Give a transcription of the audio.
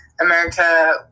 America